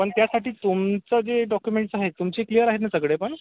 पण त्यासाठी तुमचं जे डॉक्युमेंट्स आहेत तुमचे क्लियर आहेत ना सगळे पण